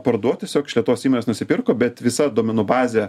parduot tiesiog iš lietuvos įmonės nusipirko bet visa duomenų bazė